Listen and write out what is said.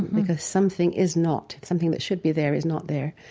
because something is not. something that should be there is not there